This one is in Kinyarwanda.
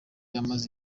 amaze